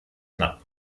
knapp